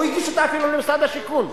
הוא הגיש אותה אפילו למשרד השיכון.